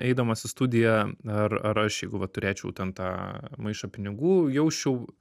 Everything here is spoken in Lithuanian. eidamas į studiją ar ar aš jeigu va turėčiau ten tą maišą pinigų jausčiau